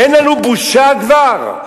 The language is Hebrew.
אין לנו בושה כבר?